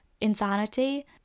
insanity